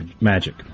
magic